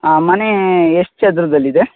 ಹಾಂ ಮನೆ ಎಷ್ಟು ಚದರದಲ್ಲಿದೆ